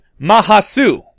Mahasu